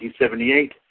1978